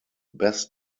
best